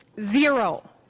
Zero